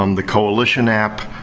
um the coalition app,